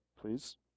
please